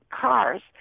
cars